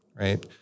right